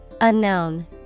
Unknown